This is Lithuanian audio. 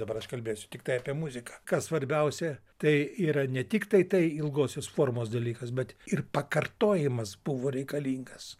dabar aš kalbėsiu tiktai apie muziką kas svarbiausia tai yra ne tik tai tai ilgosios formos dalykas bet ir pakartojimas buvo reikalingas